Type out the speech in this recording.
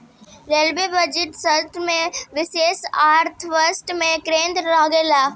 railway बजटीय सत्र में विशेष आकर्षण के केंद्र रहेला